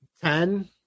Ten